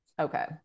Okay